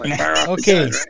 Okay